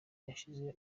ashyize